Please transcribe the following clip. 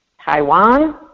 Taiwan